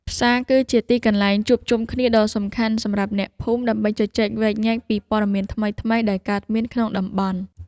ផ្សារ គឺជាទីកន្លែងជួបជុំគ្នាដ៏សំខាន់សម្រាប់អ្នកភូមិដើម្បីជជែកវែកញែកពីព័ត៌មានថ្មីៗដែលកើតមានក្នុងតំបន់។